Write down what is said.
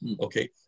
okay